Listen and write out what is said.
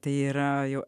tai yra jau